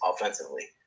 offensively